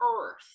earth